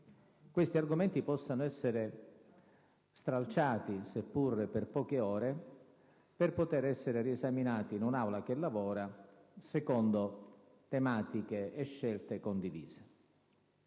questi argomenti possano essere stralciati, seppur per poche ore, per poter essere riesaminati in un'Aula che lavora secondo tematiche e scelte condivise.